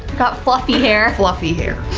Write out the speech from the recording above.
got fluffy hair! fluffy hair!